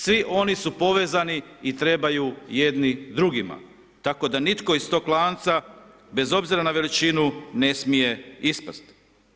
Svi oni su povezani i trebaju jedni drugima tako da nitko iz toga lanca bez obzira na veličinu, ne smije ispasti.